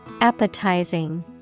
Appetizing